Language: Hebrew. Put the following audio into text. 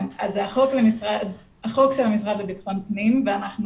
החוק של המשרד לביטחון פנים ואנחנו